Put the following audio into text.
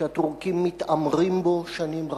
שהטורקים מתעמרים בו שנים רבות,